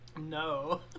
no